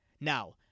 Now